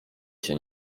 się